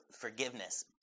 forgiveness